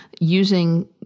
using